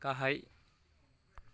गाहाय